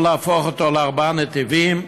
או להפוך אותו לארבעה נתיבים,